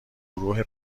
گروه